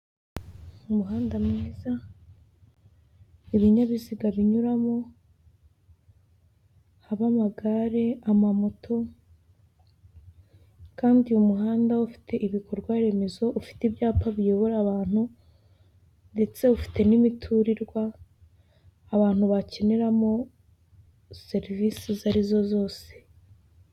Umuhanda mwiza, ibinyabiziga binyuramo, ab'amagare, amamoto, kandi umuhanda ufite ibikorwa Remezo, ufite ibyapa biyobora abantu, ndetse ufite n'imiturirwa, abantu bakeneramo serivise izo arizo zose.